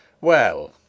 Well